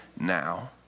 now